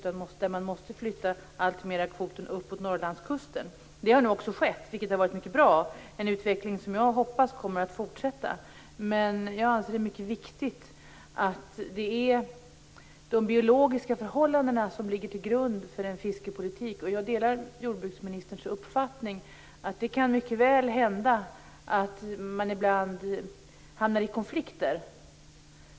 Här måste man alltmer flytta kvoten uppåt Norrlandskusten. Det har nu också skett, vilket är mycket bra. Det är en utveckling som jag hoppas kommer att fortsätta. Jag anser att det är mycket viktigt att det är de biologiska förhållandena som ligger till grund för fiskepolitiken. Jag delar jordbruksministerns uppfattning att det mycket väl kan hända att man ibland hamnar i konflikter.